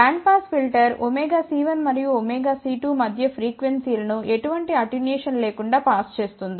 band pass filter ωc1 మరియు ωc2 మధ్య frequency లను ఎటువంటి అటెన్యుయేషన్ లేకుండా పాస్ చేస్తుంది